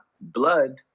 blood